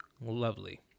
Lovely